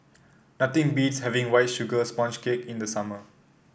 nothing beats having White Sugar Sponge Cake in the summer